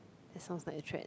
that sounds like a threat